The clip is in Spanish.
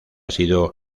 sido